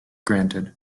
granted